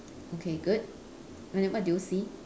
okay good and then what do you see